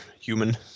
human